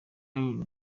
alain